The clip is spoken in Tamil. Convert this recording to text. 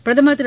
பிரதமர் திரு